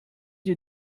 you